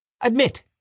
Admit